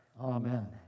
Amen